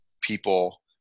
people –